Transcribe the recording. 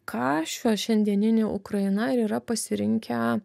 ką šiuo šiandieninė ukraina ir yra pasirinkę